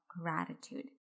gratitude